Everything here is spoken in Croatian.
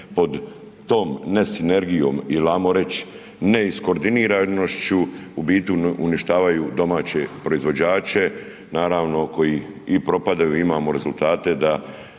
pod tom ne sinergijom il ajmo reći ne iskordiniranošću u biti uništavaju domaće proizvođače naravno koji i propadaju. Imamo rezultate da